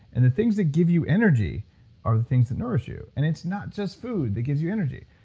and the things that give you energy are the things that nourish you, and it's not just food that gives you energy.